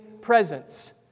presence